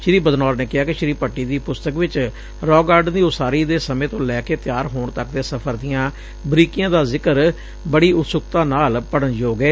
ਸ੍ਰੀ ਬਦਨੌਰ ਨੇ ਕਿਹਾ ਕਿ ਸ੍ਰੀ ਭੱਟੀ ਦੀ ਪੁਸਤਕ ਵਿਚ ਰਾਕ ਗਾਰਡਨ ਦੀ ਉਸਾਰੀ ਦੇ ਸਮੇਂ ਤੋਂ ਲੈ ਕੇ ਤਿਆਰ ਹੋਣ ਤੱਕ ਦੇ ਸਫ਼ਰ ਦੀਆਂ ਬਰੀਕੀਆਂ ਦਾ ਜ਼ਿਕਰ ਬੜੀ ਉਤਸੁਕਤਾ ਨਾਲ ਪੜੁਨਯੋਗ ਏ